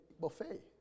buffet